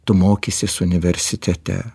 tu mokysies universitete